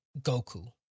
Goku